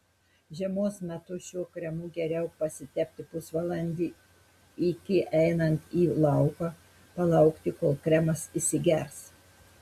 žiemos metu šiuo kremu geriau pasitepti pusvalandį iki einant į lauką palaukti kol kremas įsigers